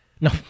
No